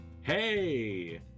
Hey